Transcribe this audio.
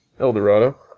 Eldorado